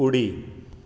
उडी